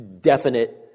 definite